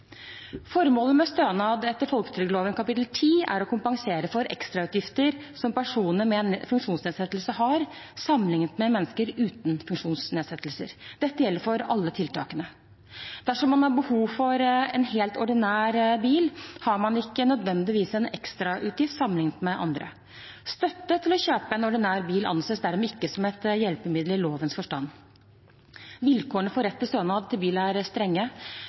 personer med funksjonsnedsettelser har, sammenliknet med mennesker uten funksjonsnedsettelser. Dette gjelder for alle tiltakene. Dersom man har behov for en helt ordinær bil, har man ikke nødvendigvis en ekstrautgift sammenliknet med andre. Støtte til å kjøpe en ordinær bil anses dermed ikke som et hjelpemiddel i lovens forstand. Vilkårene for rett til stønad til bil er strenge.